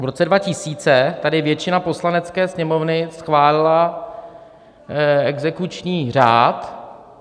V roce 2000 tady většina Poslanecké sněmovny schválila exekuční řád.